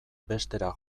bestera